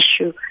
issue